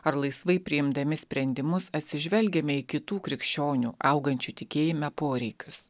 ar laisvai priimdami sprendimus atsižvelgiame į kitų krikščionių augančių tikėjime poreikius